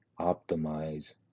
Optimize